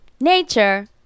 Nature